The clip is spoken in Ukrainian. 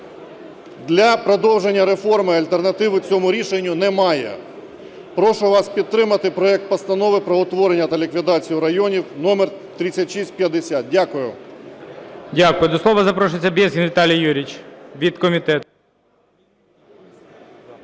для продовження реформи альтернативи цьому рішенню немає. Прошу вас підтримати проект Постанови про утворення та ліквідацію районів (№ 3650). Дякую. ГОЛОВУЮЧИЙ. Дякую. До слова запрошується Безгін Віталій Юрійович, від комітету.